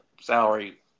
salary